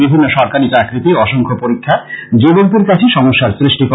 বিভিন্ন সরকারী চাকরিতে অসংখ্য পরীক্ষা যুবকদের কাছে সমস্যার সৃষ্টি করে